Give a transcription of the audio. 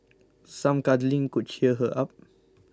some cuddling could cheer her up